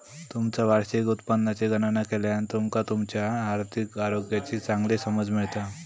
तुमचा वार्षिक उत्पन्नाची गणना केल्यान तुमका तुमच्यो आर्थिक आरोग्याची चांगली समज मिळता